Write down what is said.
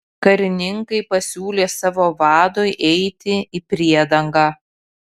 karininkai pasiūlė savo vadui eiti į priedangą